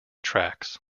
tracks